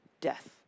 death